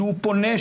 שהוא פונה,